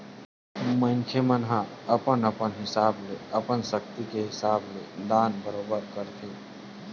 मनखे मन ह अपन अपन हिसाब ले अपन सक्ति के हिसाब ले दान बरोबर करथे